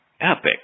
epic